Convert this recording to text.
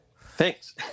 Thanks